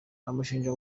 bamushinja